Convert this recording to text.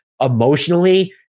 emotionally